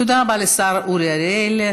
תודה רבה לשר אורי אריאל.